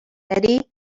eddy